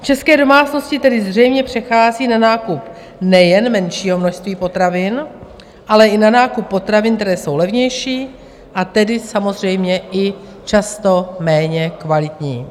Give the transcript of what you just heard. České domácnosti tedy zřejmě přecházejí na nákup nejen menšího množství potravin, ale i na nákup potravin, které jsou levnější, a tedy samozřejmě i často méně kvalitní.